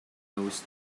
knows